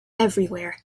everywhere